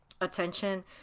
attention